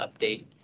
update